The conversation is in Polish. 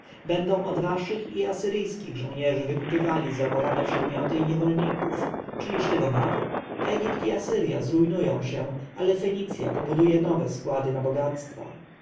będą od waszych i asyryjskich żołnierzy wykupywali zrabowane przedmioty i niewolników czyliż tego mało egipt i asyrja zrujnują się ale fenicja pobuduje nowe składy na bogactwa